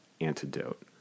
antidote